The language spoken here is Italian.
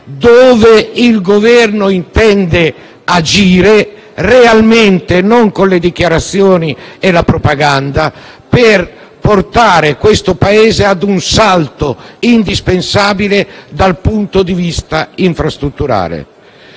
dove il Governo intenda agire - realmente, non con le dichiarazioni e la propaganda - per portare questo Paese ad un salto indispensabile dal punto di vista infrastrutturale.